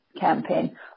campaign